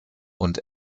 und